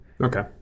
Okay